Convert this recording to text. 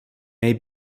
may